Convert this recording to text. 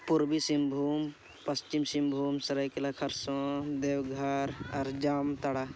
ᱯᱩᱨᱵᱤ ᱥᱤᱝᱵᱷᱩᱢ ᱯᱟᱥᱪᱤᱢ ᱥᱤᱝᱵᱷᱩᱢ ᱥᱟᱨᱟᱭᱠᱮᱞᱟ ᱠᱷᱟᱨᱥᱚᱣᱟ ᱫᱮᱣᱜᱷᱚᱨ ᱟᱨ ᱡᱟᱢᱛᱟᱲᱟ